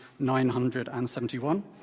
971